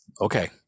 okay